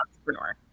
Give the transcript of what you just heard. entrepreneur